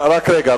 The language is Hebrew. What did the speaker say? רק רגע.